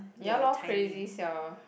ya lor crazy sia